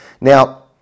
Now